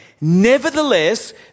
Nevertheless